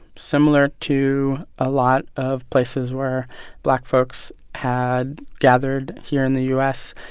similar to a lot of places where black folks had gathered here in the u s.